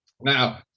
now